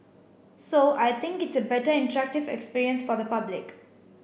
so I think it's a better interactive experience for the public